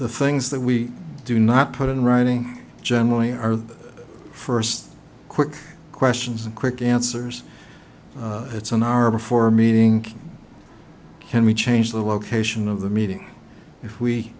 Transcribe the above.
the things that we do not put in writing generally our first quick questions and quick answers it's an hour before meeting can we change the location of the meeting if we